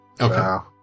Okay